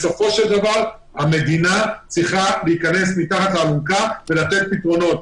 בסופו של דבר המדינה צריכה להיכנס מתחת לאלונקה ולתת פתרונות.